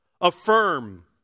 Affirm